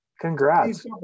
Congrats